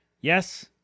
yes